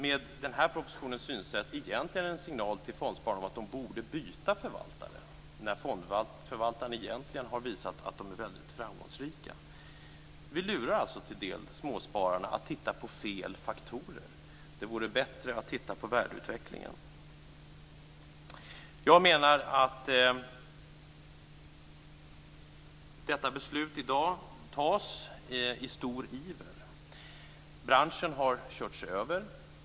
Med denna propositions synsätt är det ett besked till fondspararna att de borde byta förvaltare, när fondförvaltaren egentligen har visat sig vara framgångsrik. Vi lurar till viss del småspararna att titta på fel faktorer. Det vore bättre att titta på värdeutvecklingen. Dagens beslut fattas i stor iver. Branschen har körts över.